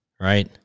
right